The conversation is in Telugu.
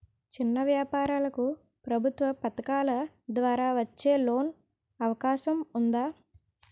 చిన్న వ్యాపారాలకు ప్రభుత్వం పథకాల ద్వారా వచ్చే లోన్ అవకాశం ఉందా?